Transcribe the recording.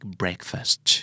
breakfast